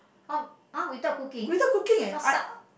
oh uh without cooking not suck